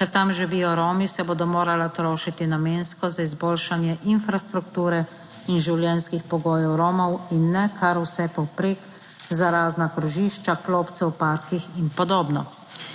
ker tam živijo Romi se bodo morala trošiti namensko za izboljšanje infrastrukture in življenjskih pogojev Romov in ne kar vse povprek za razna krožišča, klopce v parkih in podobno.